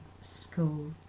school